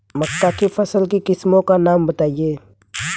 मक्का की फसल की किस्मों का नाम बताइये